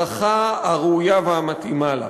להערכה הראויה והמתאימה לה.